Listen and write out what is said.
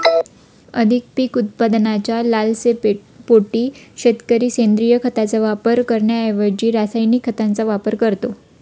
अधिक पीक उत्पादनाच्या लालसेपोटी शेतकरी सेंद्रिय खताचा वापर करण्याऐवजी रासायनिक खतांचा वापर करतो